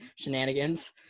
shenanigans